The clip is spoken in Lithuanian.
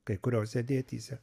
kai kuriose dėtyse